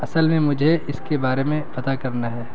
اصل میں مجھے اس کے بارے میں پتا کرنا ہے